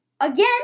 again